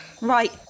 Right